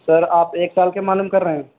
سر آپ ایک سال کے معلوم کر رہے ہیں